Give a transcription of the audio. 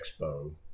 expo